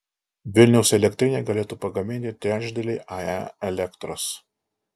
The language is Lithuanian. vilniaus elektrinė galėtų pagaminti trečdalį ae elektros